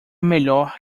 melhor